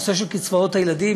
הנושא של קצבאות הילדים,